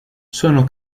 sono